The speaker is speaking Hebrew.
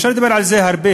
אפשר לדבר על זה הרבה,